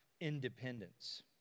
independence